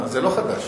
זה לא חדש.